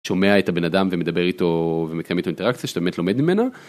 שומע את הבן אדם ומדבר איתו ומקיים איתו אינטראקציה שאתה באמת לומד ממנה.